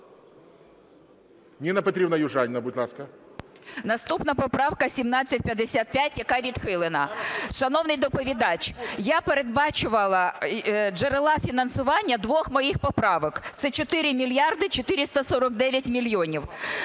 Ніна Петрівна Южаніна, будь ласка. 13:02:19 ЮЖАНІНА Н.П. Наступна поправка 1755, яка відхилена. Шановний доповідач, я передбачала джерела фінансування двох моїх поправок - це 4 мільярди 449 мільйонів.